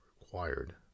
required